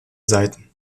seiten